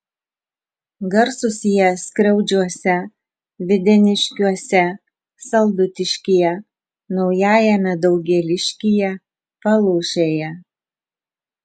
garsūs jie skriaudžiuose videniškiuose saldutiškyje naujajame daugėliškyje palūšėje